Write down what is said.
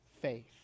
faith